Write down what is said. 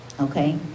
Okay